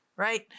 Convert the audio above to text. Right